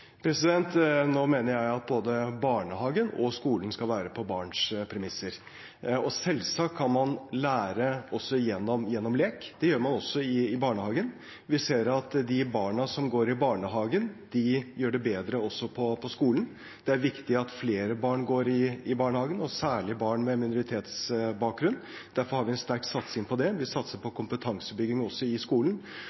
Nå mener jeg at både barnehagen og skolen skal være på barns premisser. Selvsagt kan man lære også gjennom lek; det gjør man også i barnehagen. Vi ser at de barna som går i barnehage, gjør det bedre også på skolen. Det er viktig at flere barn går i barnehage, og særlig barn med minoritetsbakgrunn. Derfor har vi en sterk satsing på det. Vi satser på